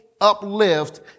uplift